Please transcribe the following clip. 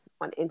on